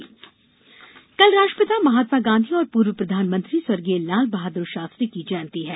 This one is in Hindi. जयंती कल राष्ट्रपिता महात्मा गांधी और पूर्व प्रधानमंत्री स्वर्गीय लाल बहादुर शास्त्री की जयंती है